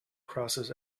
crosses